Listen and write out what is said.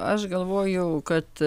aš galvoju kad